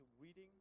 reading